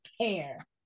care